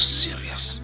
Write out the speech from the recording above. serious